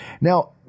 Now